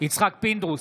יצחק פינדרוס,